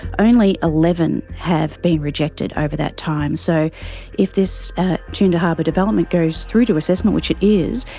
only eleven have been rejected over that time, so if this toondah harbour development goes through to assessment, which it is,